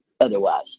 otherwise